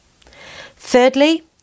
Thirdly